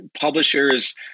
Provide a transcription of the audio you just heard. publishers